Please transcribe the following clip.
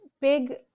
big